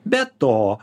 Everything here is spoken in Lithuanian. be to